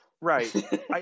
Right